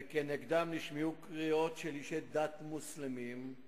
וכנגדם נשמעו קריאות של אישי דת מוסלמים,